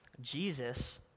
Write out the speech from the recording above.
Jesus